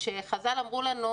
כשחז"ל אמרו לנו,